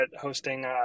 hosting